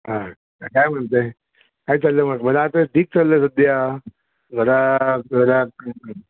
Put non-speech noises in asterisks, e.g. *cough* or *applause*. हां काय म्हणतं आहे काय चाललं आहे मग मला आता ठीक चाललं आहे सध्या घरा घरात *unintelligible*